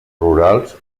rurals